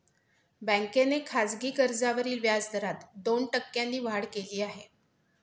बँकेने खासगी कर्जावरील व्याजदरात दोन टक्क्यांनी वाढ केली आहे